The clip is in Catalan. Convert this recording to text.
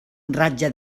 ratlla